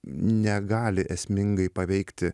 negali esmingai paveikti